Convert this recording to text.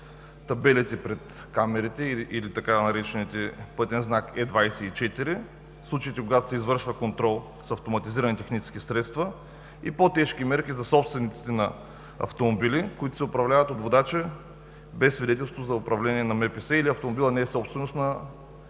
табелите пред камерите или така наречения „пътен знак Е 24“ в случаите, когато се извършва контрол с автоматизирани технически средства и по-тежки мерки за собствениците на автомобили, които се управляват от водач без свидетелство за управление на МПС или автомобилът не е собственост на